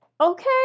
Okay